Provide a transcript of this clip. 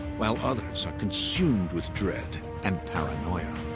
while others are consumed with dread and paranoia.